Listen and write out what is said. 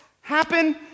happen